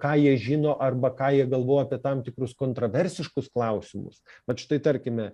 ką jie žino arba ką jie galvoja apie tam tikrus kontroversiškus klausimus vat štai tarkime